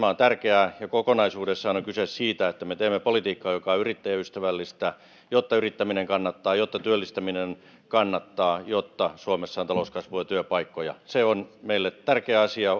tärkeää ja kokonaisuudessaan on kyse siitä että me teemme politiikkaa joka on yrittäjäystävällistä jotta yrittäminen kannattaa jotta työllistäminen kannattaa jotta suomessa on talouskasvua ja työpaikkoja se on meille tärkeä asia